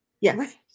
Yes